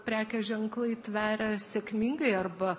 prekės ženklai tveria sėkmingai arba